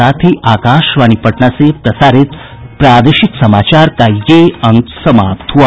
इसके साथ ही आकाशवाणी पटना से प्रसारित प्रादेशिक समाचार का ये अंक समाप्त हुआ